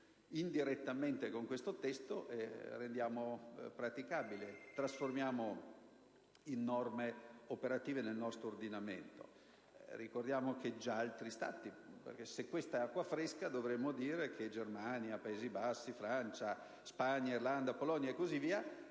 indirettamente con questo testo rendiamo praticabile e trasformiamo in norme operative nel nostro ordinamento. Ricordiamo che già altri Stati lo hanno fatto: se questa è acqua fresca, dovremmo dire che Germania, Paesi Bassi, Francia, Spagna, Olanda, Polonia e così via,